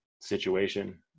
situation